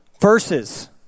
verses